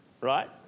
right